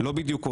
לא בדיוק עובד.